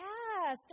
Yes